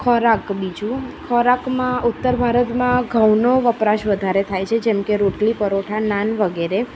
ખોરાક બીજું ખોરાકમાં ઉત્તર ભારતમાં ઘઉંનો વપરાશ વધારે થાય છે જેમ કે રોટલી પરોઠા નાન વગેરે